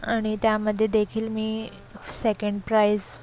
आणि त्यामध्ये देखील मी सेकंड प्राइस